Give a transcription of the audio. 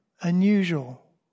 unusual